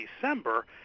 december